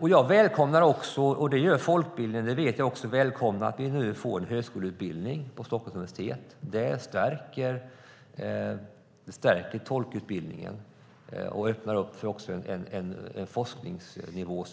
Jag välkomnar att vi nu får en högskoleutbildning på Stockholms universitet, och det vet jag att folkbildningen också gör. Det stärker tolkutbildningen och öppnar för en välbehövlig forskningsnivå.